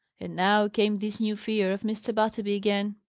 and now came this new fear of mr. butterby again!